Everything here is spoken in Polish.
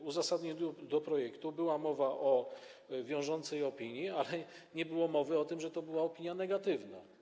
W uzasadnieniu projektu była mowa o wiążącej opinii, ale nie było mowy o tym, że była to opinia negatywna.